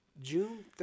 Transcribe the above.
June